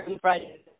Friday